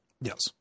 Yes